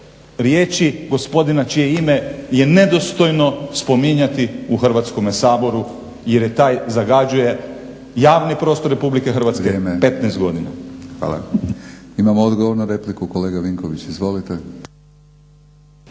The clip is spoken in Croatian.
riječi gospodina čije ime je nedostojno spominjati u Hrvatskome saboru jer taj zagađuje javni prostor Republike Hrvatske 15 godina. Hvala. **Batinić, Milorad